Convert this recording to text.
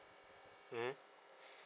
mmhmm